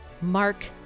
Mark